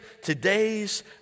todays